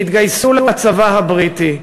והתגייסו לצבא הבריטי,